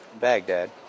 baghdad